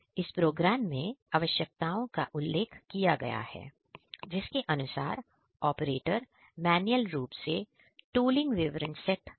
इस प्रोग्राम में आवश्यकताओं का उल्लेख किया गया है जिसके अनुसार ऑपरेटर मैन्युअल रूप से तूलिंग विवरण सेट करता है